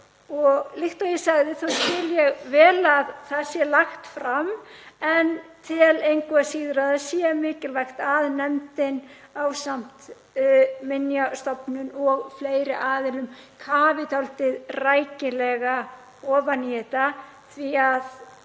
Líkt og ég sagði þá skil ég vel að það sé lagt fram en tel engu að síður mikilvægt að nefndin, ásamt Minjastofnun og fleiri aðilum, kafi dálítið rækilega ofan í þetta. Það